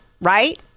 Right